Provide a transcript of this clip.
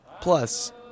Plus